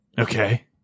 Okay